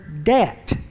debt